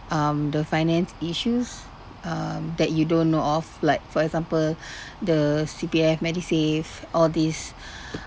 um the finance issues that um you don't know of like for example the C_P_F medisave all these uh